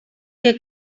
que